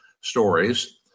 stories